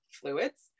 fluids